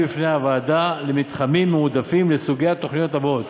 בפני הוועדה למתחמים מועדפים לסוגי התוכניות האלה: